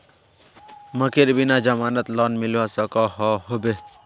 मकईर बिना जमानत लोन मिलवा सकोहो होबे?